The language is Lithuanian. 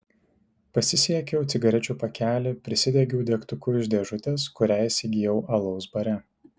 pasisiekiau cigarečių pakelį prisidegiau degtuku iš dėžutės kurią įsigijau alaus bare